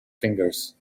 fingers